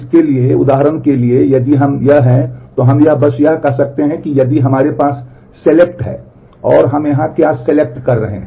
इसलिए उदाहरण के लिए यदि यह हम है तो हम बस यह कह सकते हैं कि यदि हमारे पास सेलेक्ट कर रहे हैं